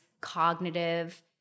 cognitive